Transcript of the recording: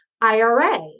IRA